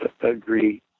agree